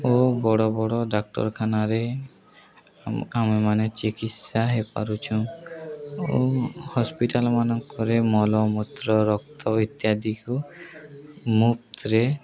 ଓ ବଡ଼ ବଡ଼ ଡାକ୍ତରଖାନାରେ ଆମେ ମାନେ ଚିକିତ୍ସା ହେଇପାରୁଛୁଁ ଓ ହସ୍ପିଟାଲ ମାନଙ୍କରେ ମଳମୂତ୍ର ରକ୍ତ ଇତ୍ୟାଦିକୁ ମୁପ୍ତରେ